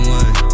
one